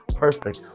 perfect